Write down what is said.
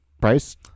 Price